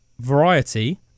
variety